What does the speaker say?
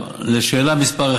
יש דיוטי פרי